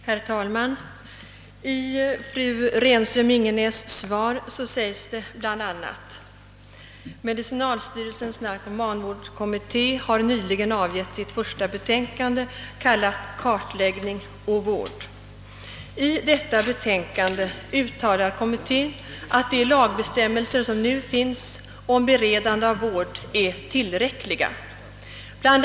Herr talman! I statsrådets svar till fru Renström-Ingenäs säges bl.a.: »Medicinalstyrelsens narkomanvårdskommitté har nyligen avgett sitt första betänkande, kallat Kartläggning och vård. I detta betänkande uttalar kommittén att de lagbestämmelser som nu finns om beredande av vård är tillräckliga. Bl.